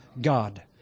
God